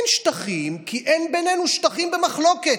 אין שטחים, כי אין בינינו שטחים במחלוקת,